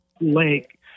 lake